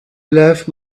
left